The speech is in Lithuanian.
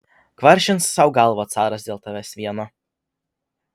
kvaršins sau galvą caras dėl tavęs vieno